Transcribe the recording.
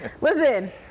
Listen